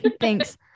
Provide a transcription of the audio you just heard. Thanks